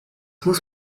muss